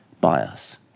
bias